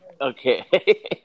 Okay